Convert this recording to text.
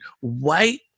white